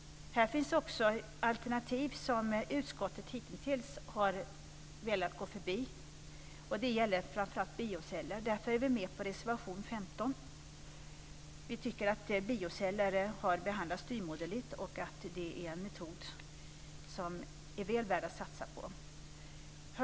Här finns också alternativ, som utskottet hitintills har velat gå förbi. Det gäller framför allt bioceller. Därför är vi med på reservation 15. Vi tycker att frågan om bioceller har behandlats styvmoderligt. Det är en metod som är väl värd att satsa på.